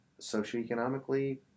socioeconomically